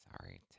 sorry